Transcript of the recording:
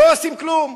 לא עושים כלום.